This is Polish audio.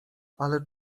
ale